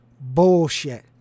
Bullshit